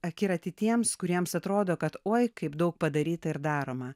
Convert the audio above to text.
akiratį tiems kuriems atrodo kad oi kaip daug padaryta ir daroma